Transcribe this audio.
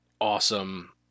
awesome